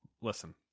listen